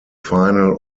final